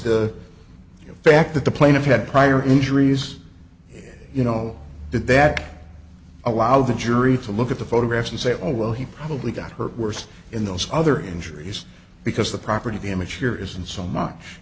the fact that the plaintiff had prior injuries you know did that allow the jury to look at the photographs and say oh well he probably got hurt worse in those other injuries because the property damage here isn't so much